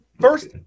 First